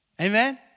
Amen